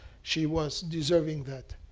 she was deserving that.